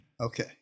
Okay